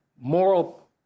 moral